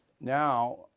now